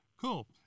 Cool